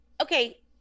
okay